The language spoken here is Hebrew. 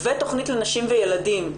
ותכנית לנשים וילדים,